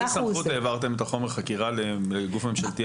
באיזה סמכות העברתם את חומר החקירה לגוף ממשלתי אחר?